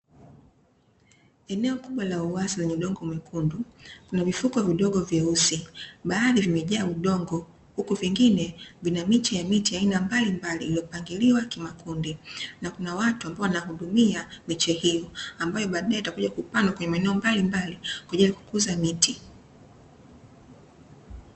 Eneo kubwa la uwazi lenye udongo mwekundu, kuna vifuko vidogo vyeusi baadhi vimejaaa udongo huku vingine vina miche ya miti ya aina mbalimbali iliyopangliwa kimakundi, na kuna watu ambao wanahudumia miche hiyo ambayo baade itakuja kupandwa kwenye maeneo mbalimbali kwa ajili ya kukuza miti.